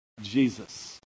Jesus